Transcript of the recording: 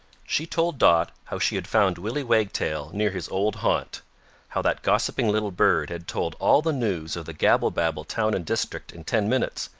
she told dot how she had found willy wagtail near his old haunt how that gossiping little bird had told all the news of the gabblebabble town and district in ten minutes,